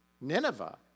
Nineveh